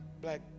black